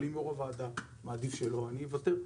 אם יושב-ראש הוועדה מעדיף שלא, אני אוותר.